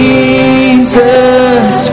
Jesus